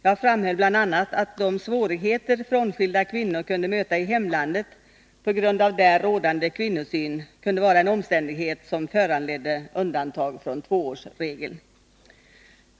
Jag framhöll bl.a. att de svårigheter frånskilda kvinnor kunde möta i hemlandet på grund av där rådande kvinnosyn kunde vara en omständighet som föranledde undantag från tvåårsregeln.